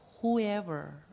whoever